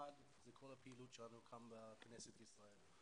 הדבר הראשון הוא כל הפעילות שלנו כאן בכנסת ישראל.